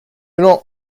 not